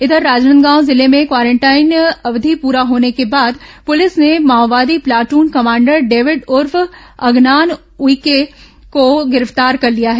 इधर राजनांदगांव जिले में क्वारेंटाइन अवधि पूरा होने के बाद पुलिस ने माओवादी प्लादून कमांडर डेविड उर्फ अगनान उइके को गिरफ्तार कर लिया है